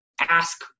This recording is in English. ask